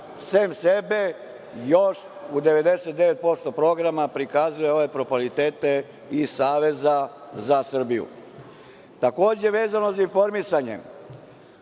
sem sebe, još u 99% programa prikazuje ove propalitete iz Saveza za Srbiju? Takođe, vezano za informisanje,